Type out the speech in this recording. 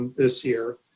this year.